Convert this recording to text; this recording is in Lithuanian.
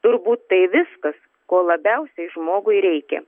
turbūt tai viskas ko labiausiai žmogui reikia